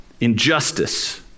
injustice